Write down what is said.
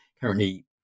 currently